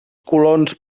colons